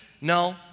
No